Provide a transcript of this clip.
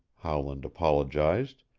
howland apologized,